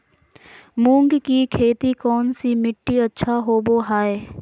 मूंग की खेती कौन सी मिट्टी अच्छा होबो हाय?